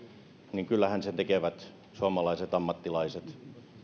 niin kyllähän sen tekevät suomalaiset ammattilaiset